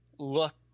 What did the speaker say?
look